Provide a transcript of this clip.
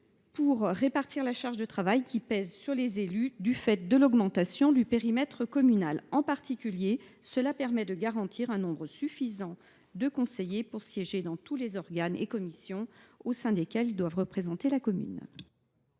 pour répartir la charge de travail pesant sur les élus du fait de l’augmentation du périmètre communal. En particulier, cela permet de disposer d’un nombre suffisant de conseillers pour siéger dans tous les organes et commissions au sein desquels ils doivent représenter leur commune.